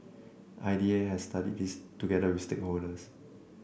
I D A has studied this together with stakeholders